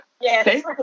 Yes